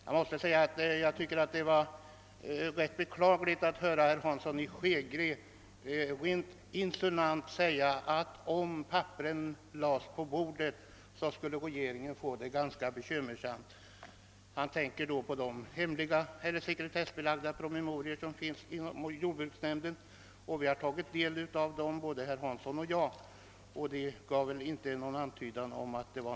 Jag tyckte det var rent beklagligt att höra herr Hansson i Skegrie insinuant säga att regeringen skulle få det ganska bekymmersamt om papperen lades på bordet. Han avsåg de sekretessbelagda promemorior som finns inom jordbruksnämnden. Både herr Hansson och jag har tagit del av dem.